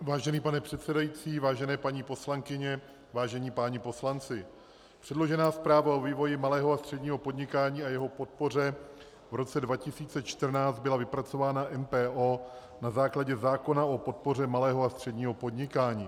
Vážený pane předsedající, vážené paní poslankyně, vážení páni poslanci, předložená zpráva o vývoji malého a středního podnikání a jeho podpoře v roce 2014 byla vypracována MPO na základě zákona o podpoře malého a středního podnikání.